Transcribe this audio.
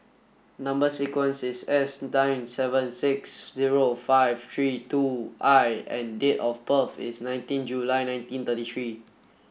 number sequence is S nine seven six zero five three two I and date of birth is nineteen July nineteen thirty three